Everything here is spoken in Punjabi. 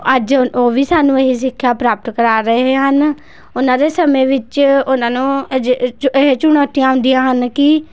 ਅੱਜ ਉਹ ਵੀ ਸਾਨੂੰ ਇਹੀ ਸਿੱਖਿਆ ਪ੍ਰਾਪਤ ਕਰਾ ਰਹੇ ਹਨ ਓਹਨਾਂ ਦੇ ਸਮੇਂ ਵਿੱਚ ਓਹਨਾਂ ਨੂੰ ਇਹ ਚੁਣੌਤੀਆਂ ਆਉਂਦੀਆਂ ਹਨ ਕਿ